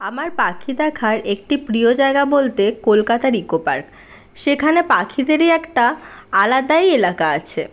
আমার পাখি দেখার একটি প্রিয় জায়গা বলতে কলকাতার ইকো পার্ক সেখানে পাখিদেরই একটা আলাদাই এলাকা আছে